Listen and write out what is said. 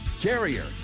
Carrier